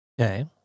Okay